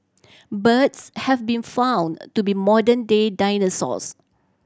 birds have been found to be modern day dinosaurs